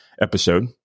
episode